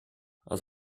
aus